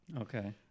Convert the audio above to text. Okay